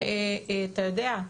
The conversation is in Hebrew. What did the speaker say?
אתה יודע,